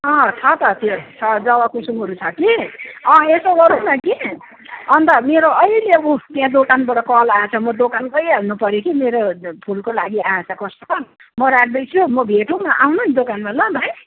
अँ छ त त्यो छ जवाकुसुमहरू छ कि अँ यसो गरौँ कि अन्त मेरो अहिले ऊ त्यहाँ दोकानबाट कल आएछ म दोकान गइहाल्नु पऱ्यो कि मेरो फुलको लागि आएछ कस्टमर म राख्दैछु म भेटौँ न आउनु न दोकानमा ल भाइ